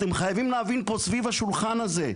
אתם חייבים להבין פה סביב השולחן הזה,